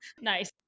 Nice